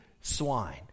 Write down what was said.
swine